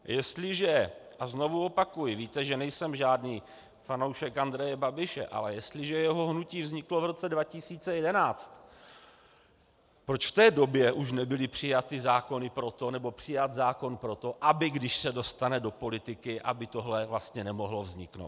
Jestliže a znovu opakuji, víte, že nejsem žádný fanoušek Andreje Babiše, ale jestliže jeho hnutí vzniklo v roce 2011, proč v té době už nebyly přijaty zákony pro to, nebo přijat zákon pro to, aby když se dostane do politiky, aby tohle vlastně nemohlo vzniknout?